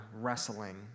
wrestling